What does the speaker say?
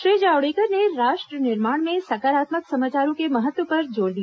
श्री जावड़ेकर ने राष्ट्र निर्माण में सकारात्मक समाचारों के महत्व पर जोर दिया